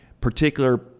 particular